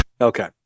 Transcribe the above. Okay